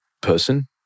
person